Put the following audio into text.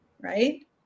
right